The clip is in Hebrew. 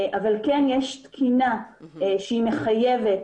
אבל כן יש תקינה שהיא מחייבת,